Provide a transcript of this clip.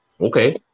okay